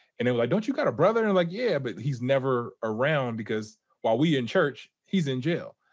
and they were like, don't you got a brother? and like, yeah, but he's never around because while we in church, he's in jail.